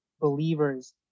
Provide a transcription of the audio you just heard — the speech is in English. believers